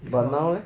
but now leh